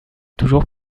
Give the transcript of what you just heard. toujours